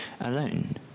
Alone